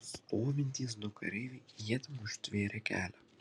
stovintys du kareiviai ietim užtvėrė kelią